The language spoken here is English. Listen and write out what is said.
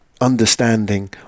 understanding